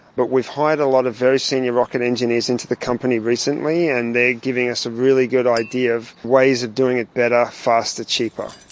but we've hired a lot of very senior rocket engineers into the company recently and they are giving us a really good idea of ways of doing it better, faster, cheaper.